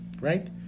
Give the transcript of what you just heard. Right